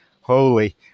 Holy